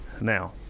Now